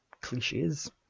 cliches